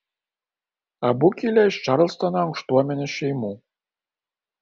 abu kilę iš čarlstono aukštuomenės šeimų